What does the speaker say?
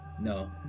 No